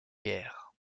guerre